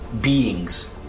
beings